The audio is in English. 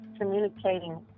communicating